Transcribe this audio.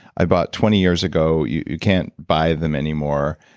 i bought twenty years ago. you can't buy them anymore.